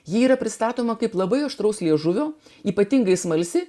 ji yra pristatoma kaip labai aštraus liežuvio ypatingai smalsi